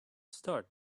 start